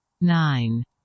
nine